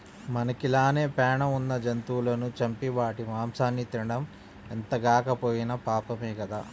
మనకి లానే పేణం ఉన్న జంతువులను చంపి వాటి మాంసాన్ని తినడం ఎంతగాకపోయినా పాపమే గదా